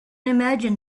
imagine